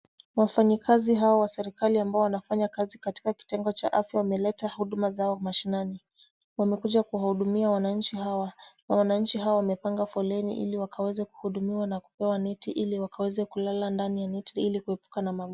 Wafanyikazi hawa wa serikali ambao wanafanya kazi katika kitengo cha afya wameleta huduma zao mashinani. Wamekuja kuwahudumia wananchi hawa. Wananchi hawa wamepanga foleni ili wakaweze kuhudumiwa na kupewa neti ili wakaweze kulala ndani ya neti ili kuepuka.